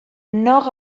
nor